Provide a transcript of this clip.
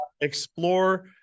explore